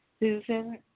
Susan